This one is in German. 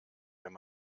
wenn